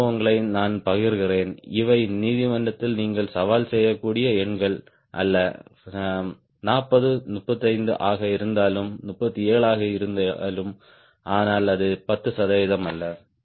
இந்த அனுபவங்களை நான் பகிர்கிறேன் இவை நீதிமன்றத்தில் நீங்கள் சவால் செய்யக்கூடிய எண்கள் அல்ல 40 35 ஆக இருக்கலாம் 37 ஆக இருக்கலாம் ஆனால் அது 10 சதவிகிதம் அல்ல